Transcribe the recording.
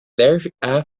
thereafter